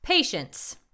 Patience